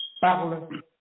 parle